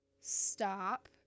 stop